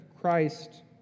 Christ